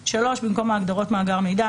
כאמור,"; (3)במקום ההגדרות "מאגר מידע",